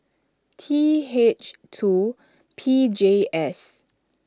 T H two P J S